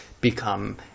become